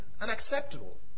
unacceptable